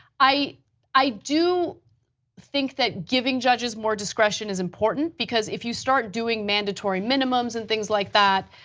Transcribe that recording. i i do think that giving judges more discretion is important because if you start doing mandatory minimums and things like that,